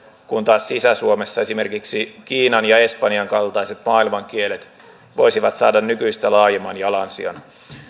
kun taas sisä suomessa esimerkiksi kiinan ja espanjan kaltaiset maailman kielet voisivat saada nykyistä laajemman jalansijan